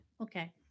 okay